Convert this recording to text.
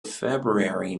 february